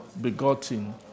begotten